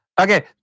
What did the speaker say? Okay